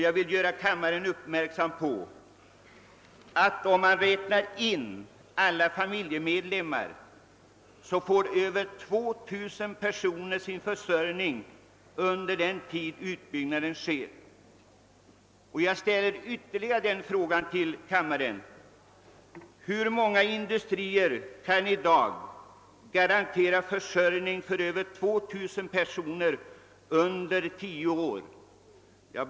Jag vill göra kammaren uppmärksam på att om man räknar in alla familjemedlemmar så får över 2000 personer sin försörjning under den tid då utbyggnaden sker. Jag ställer ytterligare en fråga: Hur många industrier kan i dag garantera försörjning åt över 2 000 personer under tio år?